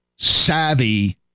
savvy